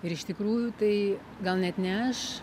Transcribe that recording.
ir iš tikrųjų tai gal net ne aš